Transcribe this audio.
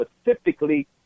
specifically